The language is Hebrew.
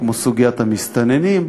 כמו סוגיית המסתננים,